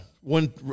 one